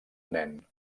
nen